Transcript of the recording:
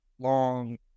long